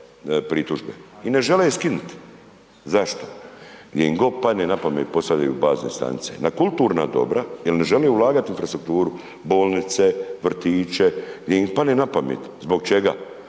pritužbe i ne žele ju skinut, zašto? Gdje im god padne na pamet, postavljaju bazne stanice, na kulturna dobra jer ne žele ulagati u infrastrukturu, bolnice, vrtiće, di im padne napamet, zbog čega?